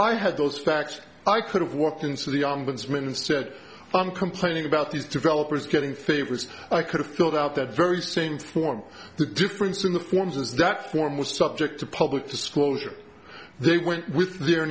i had those facts i could have walked into the ombudsman and said i'm complaining about these developers getting favorites i could have filled out that very same form the difference in the forms is that for most subject to public disclosure they went with their